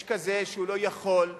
יש כזה שהוא לא יכול,